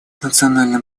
национальным